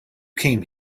came